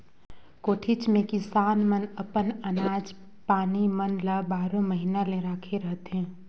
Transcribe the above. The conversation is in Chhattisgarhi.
कोठीच मे किसान मन अपन अनाज पानी मन ल बारो महिना ले राखे रहथे